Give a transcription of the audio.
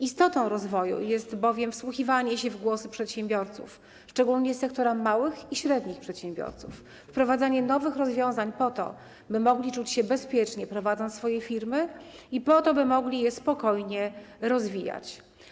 Istotą rozwoju jest bowiem wsłuchiwanie się w głosy przedsiębiorców, szczególnie sektora małych i średnich przedsiębiorców, wprowadzanie nowych rozwiązań po to, by mogli czuć się bezpiecznie, prowadząc swoje firmy, i po to, by mogli je spokojnie rozwijać.